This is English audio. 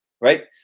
right